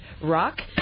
rock